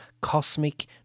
cosmic